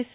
yes